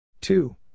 two